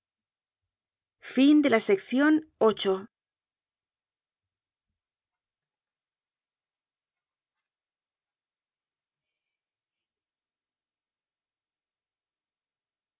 dulzuras de la amistad